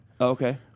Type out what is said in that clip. Okay